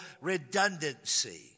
redundancy